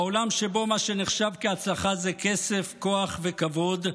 בעולם שבו מה שנחשב להצלחה זה כסף, כוח וכבוד,